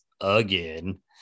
again